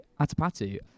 Atapatu